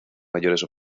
mayores